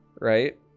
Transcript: right